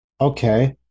okay